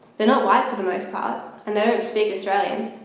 they're not white for the most part and they don't speak australian.